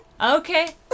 Okay